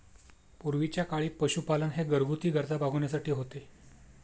पूर्वीच्या काळी पशुपालन हे घरगुती गरजा भागविण्यासाठी होते